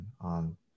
on